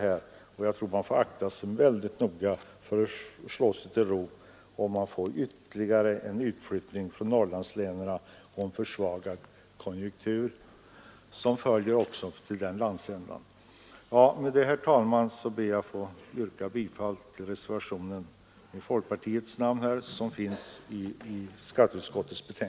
Man skall akta sig väldigt noga för att få en ytterligare utflyttning från Norrlandslänen och en försvagad konjunktur där. Med detta, herr talman, ber jag att få yrka bifall till reservationen.